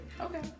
Okay